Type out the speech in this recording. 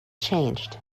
changed